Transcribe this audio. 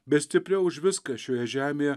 be stipriau už viską šioje žemėje